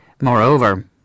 Moreover